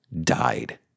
died